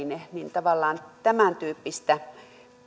tavallaan tämäntyyppistä